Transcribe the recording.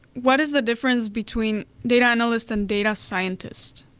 what is the difference between data analyst and data scientist?